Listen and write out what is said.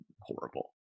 horrible